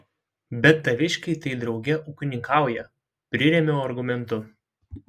bet taviškiai tai drauge ūkininkauja prirėmiau argumentu